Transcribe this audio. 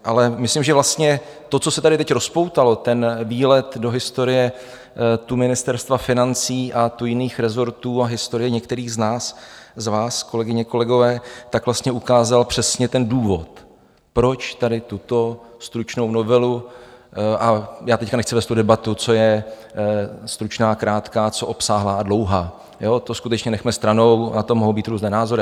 Ale myslím, že vlastně to, co se tady teď rozpoutalo, ten výlet do historie tu Ministerstva financí, tu jiných rezortů a historie některých z nás, z vás, kolegyně, kolegové, vlastně ukázal přesně ten důvod, proč tady tuto stručnou novelu a já teď nechci vést tu debatu, co je stručná, krátká, co obsáhlá a dlouhá to skutečně nechme stranou, na to mohou být různé názory.